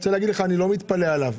אני רוצה להגיד לך שאני לא מתפלא עליו.